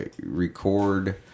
record